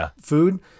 food